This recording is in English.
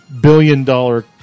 billion-dollar